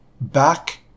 back